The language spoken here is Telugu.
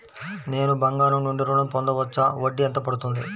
నేను బంగారం నుండి ఋణం పొందవచ్చా? వడ్డీ ఎంత పడుతుంది?